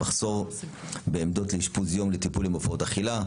מחסור בעמדות אשפוז יום לטיפולים בהפרעות אכילה,